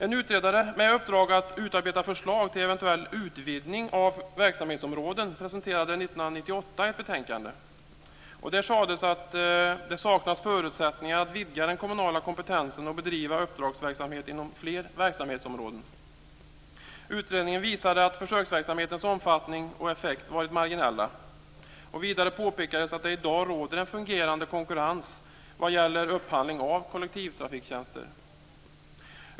En utredare med uppdrag att utarbeta förslag till eventuell utvidgning av verksamhetsområden presenterade 1998 ett betänkande. Där sades att det saknas förutsättningar att vidga den kommunala kompetensen och bedriva uppdragsverksamhet inom fler verksamhetsområden. Utredningen visade att försöksverksamhetens omfattning och effekt varit marginella. Vidare påpekades att det i dag råder en fungerande konkurrens vad gäller upphandling av kollektivtrafiktjänster.